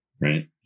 right